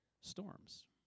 storms